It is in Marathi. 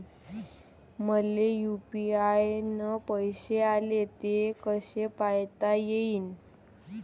मले यू.पी.आय न पैसे आले, ते कसे पायता येईन?